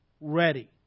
ready